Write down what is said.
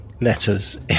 letters